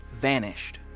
vanished